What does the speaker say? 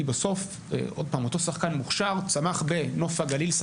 כי בסוף אותו שחקן מוכשר צמח בנוף הגליל,